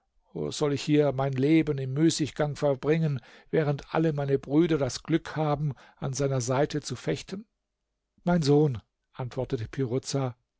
soll ich hier mein leben im müßiggang verbringen während alle meine brüder das glück haben an seiner seite zu fechten mein sohn antwortete piruza